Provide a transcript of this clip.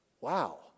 Wow